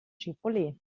chevrolet